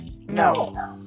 no